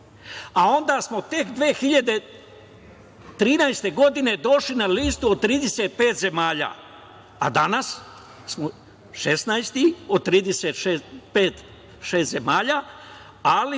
a onda smo tek 2013. godine došli na listu od 35 zemalja, a danas smo 16 od 35/36 zemalja, ali